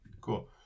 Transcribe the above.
cool